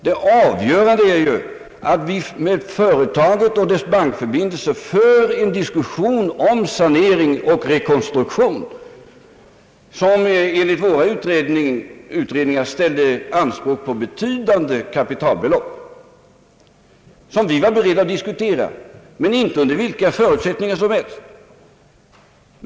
Det avgörande är ju att vi med företaget och dess bankförbindelse förde en diskussion om sanering och rekonstruktion som enligt våra utredningar ställde anspråk på betydande kapitalbelopp, vilka vi var beredda att diskutera men inte under vilka förutsättningar som helst.